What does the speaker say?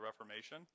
Reformation